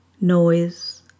Noise